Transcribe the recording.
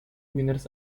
winners